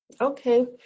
Okay